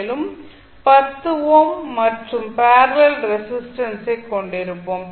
மேலும் 10 ஓம் மற்றொரு பேரலல் ரெசிஸ்டன்ஸை கொண்டிருப்போம்